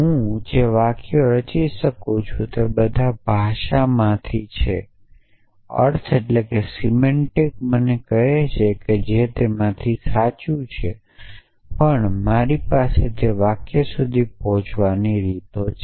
હું જે વાક્યો રચી શકું છું તે બધા ભાષામાંથી છે અર્થ મને કહે છે કે જે તેમાથી શું સાચું છે પણ મારી પાસે તે વાક્ય સુધી પહોંચવાની રીતો છે